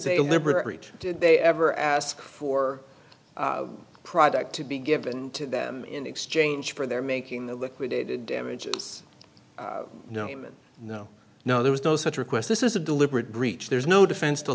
reach did they ever ask for a product to be given to them in exchange for their making the liquidated damages no human no no there was no such request this is a deliberate breach there's no defense to